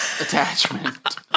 attachment